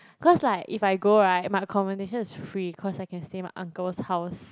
cause like if I go right my accommodation is free cause I can stay my uncle's house